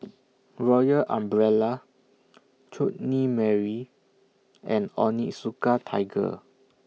Royal Umbrella Chutney Mary and Onitsuka Tiger